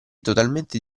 totalmente